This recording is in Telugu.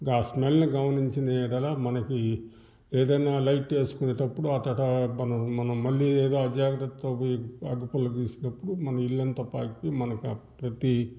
ఆ స్మెల్ని గమనించిన యెడల మనకి ఏదన్నా లైట్ యేసుకొనేప్పుడు అట్టట్టా మనం మనం మనం మళ్ళీ అజాగ్రత్తతో పోయి అగ్గిపుల్ల గీసినానప్పుడు మనకిల్లంతా పాకి మన ప్రతీ